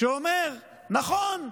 שאומרת: נכון,